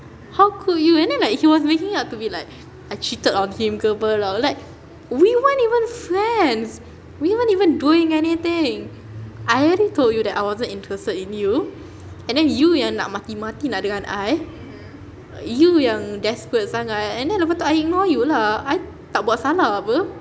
how could you and then like he was making it up to be like I cheated on him ke [pe] [tau] like we weren't even friends we weren't even doing anything I already told you that I wasn't interested in you and then you yang nak mati-mati nak dengan I you yang desperate sangat and then lepas tu I ignore you lah I tak buat salah [pe]